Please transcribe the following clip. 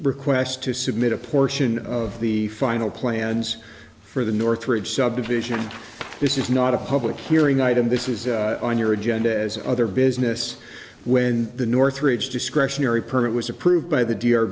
request to submit a portion of the final plans for the northridge subdivision and this is not a public hearing item this is on your agenda as other business when the northridge discretionary permit was approved by the d